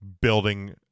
building